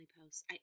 posts